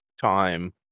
time